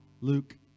Luke